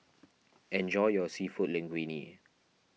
enjoy your Seafood Linguine